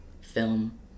film